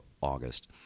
August